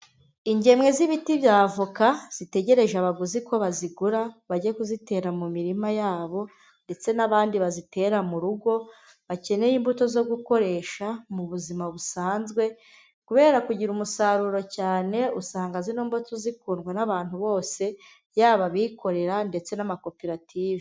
Ingemwe z'ibiti bya avoka zitegereje abaguzi ko bazigura bajye kuzitera mu mirima yabo, ndetse n'abandi bazitera mu rugo bakeneye imbuto zo gukoresha mu buzima busanzwe kubera kugira umusaruro cyane usanga zi mbuto zikundwa n'abantu bose yaba abikorera ndetse n'amakoperative.